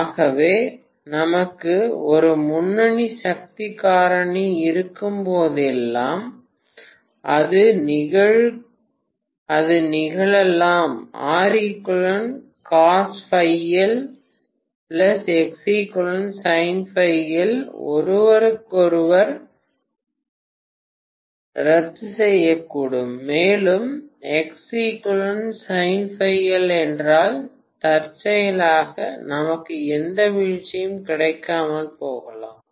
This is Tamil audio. ஆகவே நமக்கு ஒரு முன்னணி சக்தி காரணி இருக்கும்போதெல்லாம் அது நிகழலாம் ஒருவருக்கொருவர் ரத்துசெய்யக்கூடும் மேலும் என்றால் தற்செயலாக நமக்கு எந்த வீழ்ச்சியும் கிடைக்காமல் போகலாம்